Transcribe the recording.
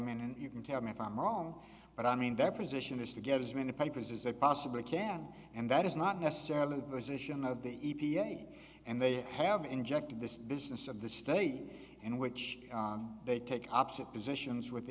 mean you can tell me if i'm wrong but i mean that position is to give as many papers as they possibly can and that is not necessarily the e p a and they have injected this business of the state in which they take opposite positions with